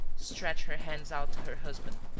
stretched her hands out to her husband,